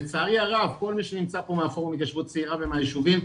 לצערי הרב כל מי שנמצא כאן מאחורה מהתיישבות הצעירה ומהישובים,